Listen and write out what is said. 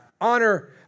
Honor